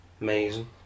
Amazing